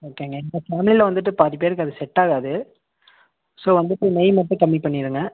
ஓகேங்க இப்போ பனியில் வந்துட்டு பாதி பேருக்கு அது செட்டாகாது ஸோ வந்துட்டு நெய் மட்டும் கம்மி பண்ணிடுங்க